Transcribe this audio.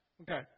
okay